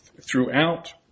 throughout